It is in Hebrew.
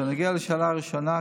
בנוגע לשאלה הראשונה,